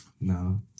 No